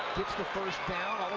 gets the first down.